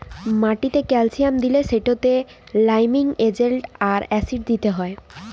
মাটিতে ক্যালসিয়াম দিলে সেটতে লাইমিং এজেল্ট আর অ্যাসিড দিতে হ্যয়